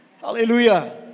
Hallelujah